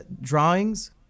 drawings